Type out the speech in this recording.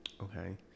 okay